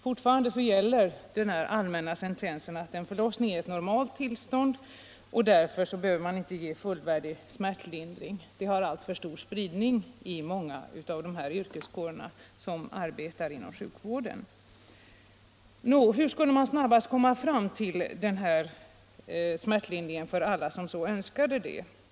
Fortfarande gäller den allmänna sentensen att en förlossning är ett normalt tillstånd, och därför behöver man inte ge fullvärdig smärtlindring. Den uppfattningen har alltför stor spridning i många av de yrkeskårer som arbetar inom sjukvården. Nå, hur skulle man snabbast komma fram till den här smärtlindringen för alla som så önskade?